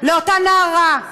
לאותה נערה,